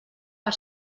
per